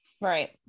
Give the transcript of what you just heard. right